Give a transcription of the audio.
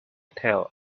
tell